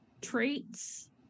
traits